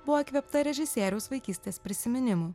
buvo įkvėpta režisieriaus vaikystės prisiminimų